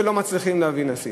ולא מצליחים להביא נשיא.